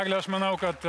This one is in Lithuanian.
egle aš manau kad